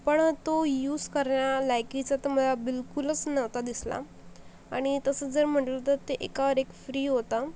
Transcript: पण तो यूज करण्या लायकीचा तर मला बिलकुलच नव्हता दिसला आणि तसं जर म्हटलं तर ते एकावर एक फ्री होता